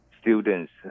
students